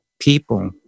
people